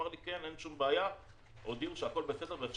הוא אמר,